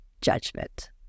judgment